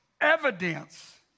evidence